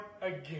again